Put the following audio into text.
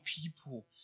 people